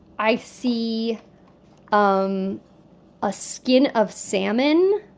i see um a skin of salmon.